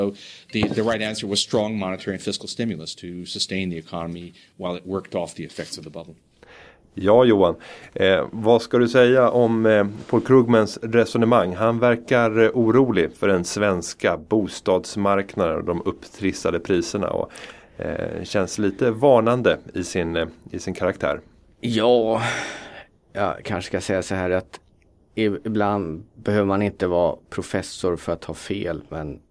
So the- the right answer was strong monetary and fiscal stimulus to sustain the economy while it worked off the effects of the bubble. Ja, Johan. Eh, vad ska du säga om, eh, Paul Krugmans resonemang? Han verkar, eh, orolig för den svenska bostadsmarknaden och de upptrissade priserna och, eh, känns lite varnande i sin, eh, i sin karaktär. Ja. Jag kanske ska säga så här att i- ibland behöver man inte vara professor för att ta fel, men-